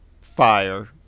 fire